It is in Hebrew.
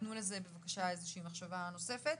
תנו לזה בבקשה איזה שהיא מחשבה נוספת,